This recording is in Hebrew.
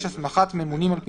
(46)הסמכת ממונים על פיצוצים,